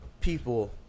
people